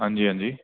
हां जी हां जी